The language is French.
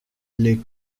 les